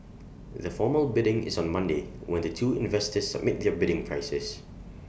the formal bidding is on Monday when the two investors submit their bidding prices